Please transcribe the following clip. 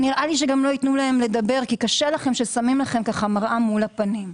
נראה לי שגם לא ייתנו להם לדבר כי קשה לכם כששמים לכם מראה מול הפנים.